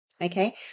Okay